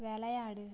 விளையாடு